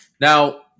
Now